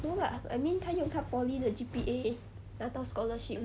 no lah I mean 她用她 poly 的 G_P_A 拿到 scholarship